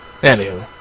Anywho